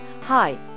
Hi